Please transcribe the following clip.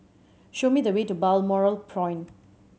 show me the way to Balmoral Point